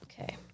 Okay